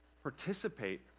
Participate